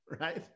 Right